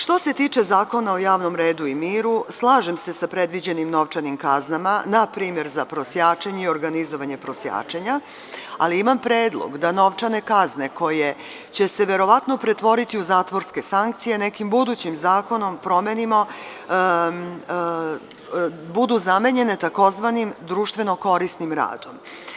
Što se tiče Zakona o javnom redu i miru, slažem se sa predviđenim novčanim kaznama, npr, za prosjačenje i organizovanje prosjačenja, ali imam predlog da novčane kazne, koje će se verovatno pretvoriti u zatvorske sankcije, nekim budućim zakonom budu zamenjene tzv. društveno korisnim radom.